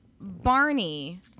Barney